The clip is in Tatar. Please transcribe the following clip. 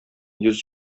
йөз